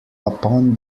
upon